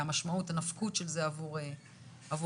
והנפקות של זה עבור אזרחים.